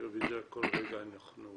כי רביזיה כל רגע אנחנו יכולים.